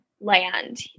land